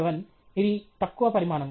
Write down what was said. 7 ఇది తక్కువ పరిమాణం